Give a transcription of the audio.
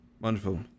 Wonderful